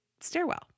stairwell